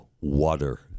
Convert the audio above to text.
water